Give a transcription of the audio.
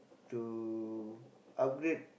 to upgrade